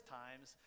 times